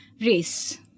Race